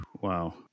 Wow